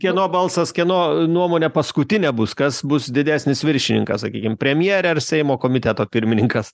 kieno balsas kieno nuomonė paskutinė bus kas bus didesnis viršininkas sakykim premjerė ar seimo komiteto pirmininkas